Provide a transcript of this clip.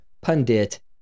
Pundit